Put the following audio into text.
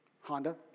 Honda